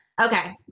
Okay